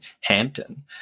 Hampton